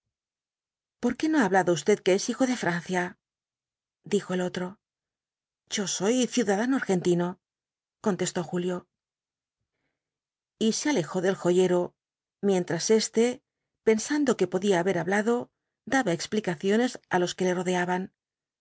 por qué no ha hablado usted que es hijo de francés dijo el otro yo soy ciudadano argentino contestó julio y se alejó del joyero mientras éste pensando que podía haber hablado daba explicaciones á los que le rodeaban